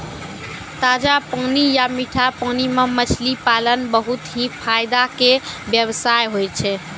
ताजा पानी या मीठा पानी मॅ मछली पालन बहुत हीं फायदा के व्यवसाय होय छै